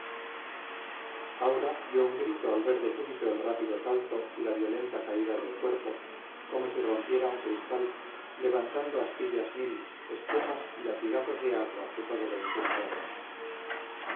aura dio un grito al ver de súbito el rápido salto y la violenta caída del cuerpo como si rompiera un cristal levantando astillas mil espumas y latigazos de agua que todo lo enturbiaron